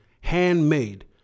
handmade